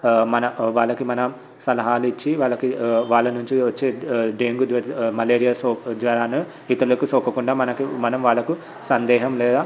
మన వాళ్లకి మనం సలహాలు ఇచ్చి వాళ్లకి వాళ్ళ నుంచి వచ్చి డెంగ్యూ మలేరియా సోకంగానే ఇతరులకు సోకకుండా మనకి మనం వాళ్లకు సందేహం లేదా